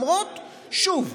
שוב,